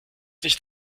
nicht